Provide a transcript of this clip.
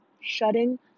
shutting